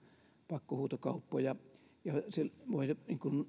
pakkohuutokauppoja ja voi